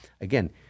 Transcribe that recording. Again